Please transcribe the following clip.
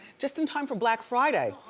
just in time for black friday.